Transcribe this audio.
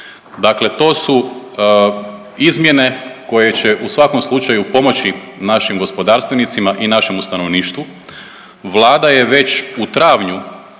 Dakle to su izmjene koje će u svakom slučaju pomoći našim gospodarstvenicima i našemu stanovništvu. Vlada je već u travnju